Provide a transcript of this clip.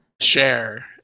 share